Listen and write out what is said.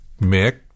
Mick